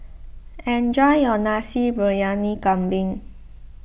enjoy your Nasi Briyani Kambing